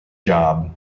job